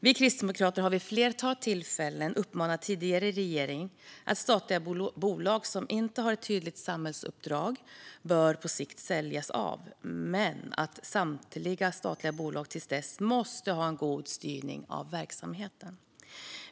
Vi kristdemokrater har vid ett flertal tillfällen framfört till tidigare regering att statliga bolag som inte har ett tydligt samhällsuppdrag på sikt bör säljas av men att samtliga statliga bolag till dess måste ha en god styrning av verksamheten.